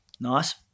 Nice